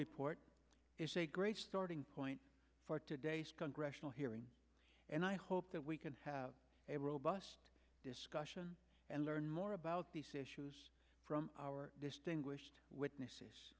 report is a great starting point for today's congressional hearing and i hope that we can have a robust discussion and learn more about these issues from our distinguished witnesses